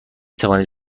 توانید